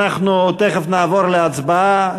אנחנו תכף נעבור להצבעה,